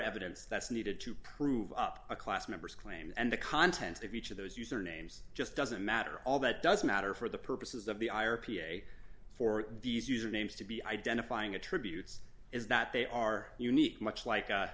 evidence that's needed to prove up a class members claim and the contents of each of those user names just doesn't matter all that doesn't matter for the purposes of the eye or p s a for these usernames to be identifying attributes is that they are unique much like a